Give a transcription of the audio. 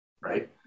right